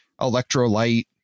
electrolyte